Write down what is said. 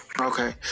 Okay